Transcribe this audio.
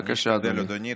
בבקשה, אדוני.